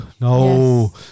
No